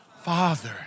Father